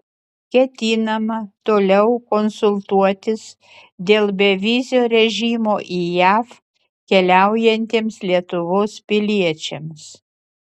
ketinama toliau konsultuotis dėl bevizio režimo į jav keliaujantiems lietuvos piliečiams